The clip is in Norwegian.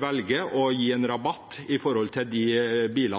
velger å gi en rabatt til